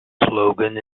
slogan